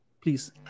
please